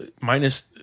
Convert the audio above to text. minus